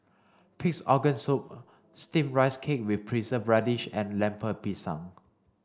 peace organ soup steamed rice cake with preserved radish and Lemper Pisang